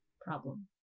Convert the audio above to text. problem